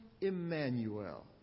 Emmanuel